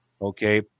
Okay